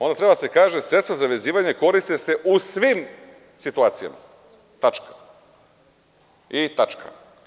Onda treba da se kaže – sredstva za vezivanje koriste se u svim situacijama, i tačka.